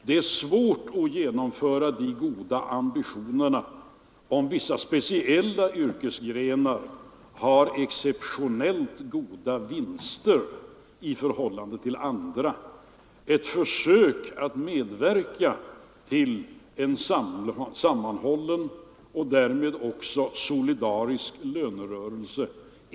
Det är svårt att leva upp till de goda ambitionerna om vissa speciella yrkesgrenar har exceptionellt goda vinster i förhållande till andra. Propositionen 177 är ett försök att medverka till en sammanhållen och därmed också solidarisk lönerörelse.